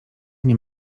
nie